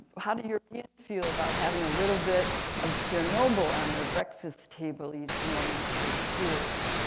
how do europeans feel about having a little bit of chernobyl on their breakfast table each morning with their cereal?